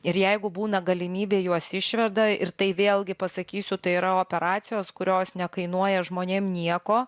ir jeigu būna galimybė juos išveda ir tai vėlgi pasakysiu tai yra operacijos kurios nekainuoja žmonėm nieko